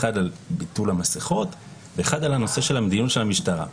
האחד על ביטול המסכות ואחד על נושא של המדיניות של המשטרה.